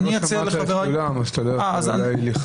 אני אציע לחבריי -- לא שמעת את כולם אז אתה לא יכול עדין לכלול...